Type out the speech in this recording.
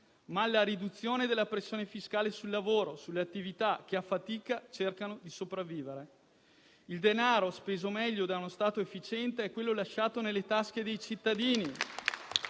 ma alla riduzione della pressione fiscale sul lavoro e sulle attività che a fatica cercano di sopravvivere. Il denaro speso meglio da uno Stato efficiente è quello lasciato nelle tasche dei cittadini.